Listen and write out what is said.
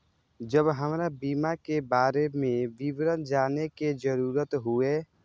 जब हमरा बीमा के बारे में विवरण जाने के जरूरत हुए?